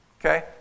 Okay